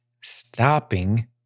stopping